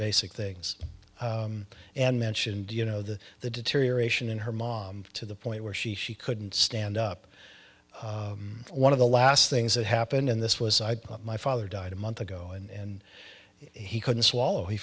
basic things and mentioned you know the the deterioration in her mom to the point where she she couldn't stand up one of the last things that happened in this was my father died a month ago and he couldn't swallow he